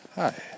Hi